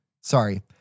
sorry